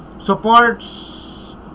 supports